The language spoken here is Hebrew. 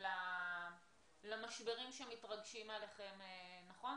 למשברים שמתרגשים עליכם, נכון?